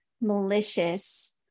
malicious